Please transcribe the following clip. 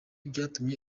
byatumye